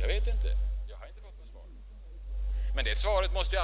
Jag vet inte. Jag har, som sagt, inte fått något svar. Svaret måste